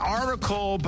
article